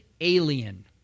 alien